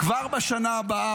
כבר בשנה הבאה,